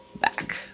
back